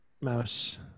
mouse